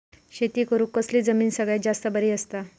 शेती करुक कसली जमीन सगळ्यात जास्त बरी असता?